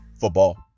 Football